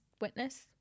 witness